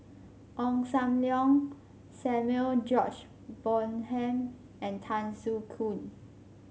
Ong Sam Leong Samuel George Bonham and Tan Soo Khoon